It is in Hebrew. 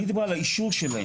הרי היא דיברה על האישור שלהם.